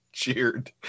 cheered